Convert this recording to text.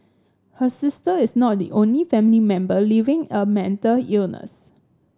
her sister is not the only family member living a mental illness